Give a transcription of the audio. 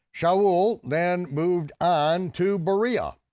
shaul then moved on to berea,